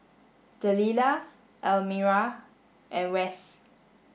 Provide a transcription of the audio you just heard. Delila Elmyra and Wes